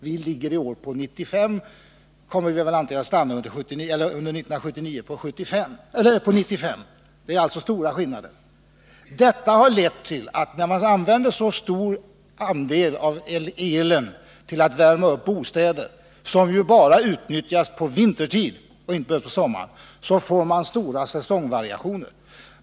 Vi hade 1979 en könsumtion på 95 TWh. Det är alltså stora skillnader. När man använder så stor andel av elen till att värma upp bostäder som ju bara utnyttjas vintertid och inte på sommaren, så får man stora säsongvariationer.